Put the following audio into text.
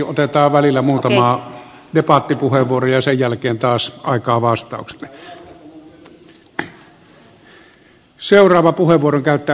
otetaan välillä muutama debattipuheenvuoro ja sen jälkeen taas aikaa vastaukselle